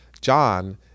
John